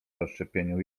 rozszczepieniu